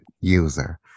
user